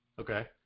Okay